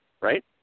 right